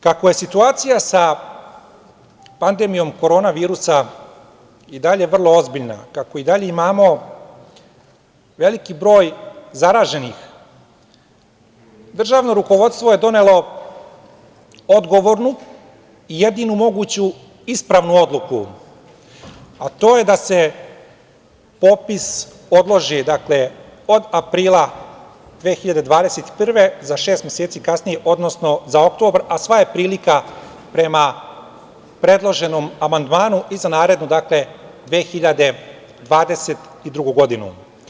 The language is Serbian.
Kako je situacija sa pandemijom koronavirusa i dalje vrlo ozbiljna, kako i dalje imamo veliki broj zaraženih, državno rukovodstvo je donelo odgovornu i jedinu moguću ispravnu odluku, a to je da se popis odloži od aprila 2021. godine za šest meseci kasnije, odnosno za oktobar, a sva je prilika prema predloženom amandmanu i za narednu 2022. godinu.